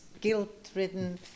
guilt-ridden